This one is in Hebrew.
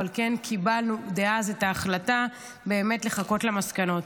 אבל כן קיבלנו אז את ההחלטה לחכות למסקנות.